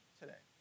today